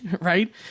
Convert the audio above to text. right